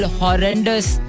horrendous